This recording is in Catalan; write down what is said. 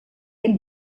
hem